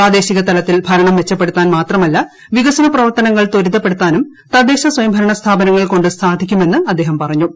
പ്രാദേശികതലത്തിൽ ഭൂർണ്ണും മെച്ചപ്പെടുത്താൻ മാത്രമല്ല വികസന പ്രവർത്തനങ്ങൾ ത്വരിക്ക്പ്പെടുത്താനും തദ്ദേശ സ്വയംഭരണ സ്ഥാപനങ്ങൾ കൊണ്ട് സ്ഥാധീക്കുമെന്ന് അദ്ദേഹം പറഞ്ഞു